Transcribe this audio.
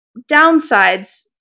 downsides